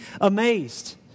amazed